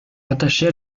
rattachés